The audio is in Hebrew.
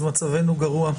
אז מצבנו גרוע.